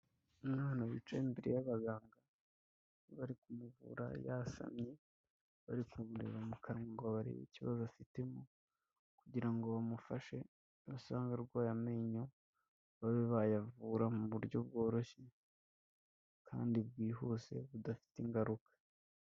Umwana wicaye imbere y'abaganga bari kumuvura yasamye bari kumureba mu kanwa ngo abarebe ikibazo afitemo kugira ngo bamufashe ni basanga arwaye amenyo babe bayavura mu buryo bworoshye kandi bwihuse budafite ingaruka.